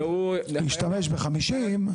והוא השתמש ב-50.